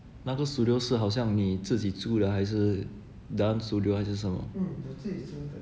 那个 studios 是好像你自己租的还是 dance studio 还是什么